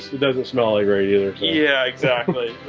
it doesn't smell like radiator. yeah, exactly.